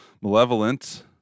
malevolent